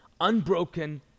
unbroken